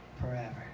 forever